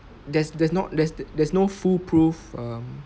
there's there's not there's there's no foolproof um